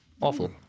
awful